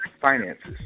finances